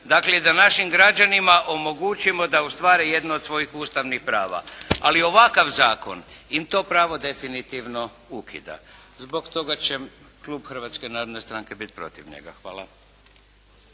Dakle i da našim građanima omogućimo da ostvare jedno od svojih ustavnih prava. Ali ovakav zakon im to pravo definitivno ukida. Zbog toga će Klub Hrvatske narodne stranke biti protiv njega. Hvala.